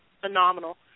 Phenomenal